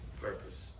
purpose